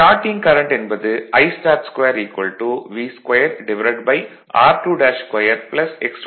starting current என்பது Istart2 V2r22 x22